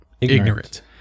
ignorant